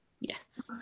Yes